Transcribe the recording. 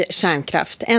kärnkraft